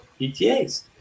PTAs